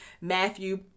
Matthew